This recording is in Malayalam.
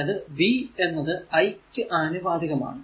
അതായതു v എന്നത് i ക്കു ആനുപാതികമാണ്